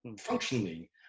functionally